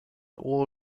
all